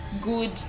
good